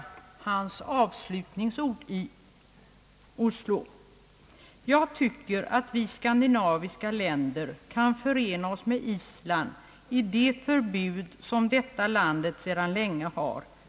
Justitieministern uttalade enligt protokollet: »Jag tycker att vi skandinaviska länder kan förena oss med Island i det förbud som detta landet sedan länge har.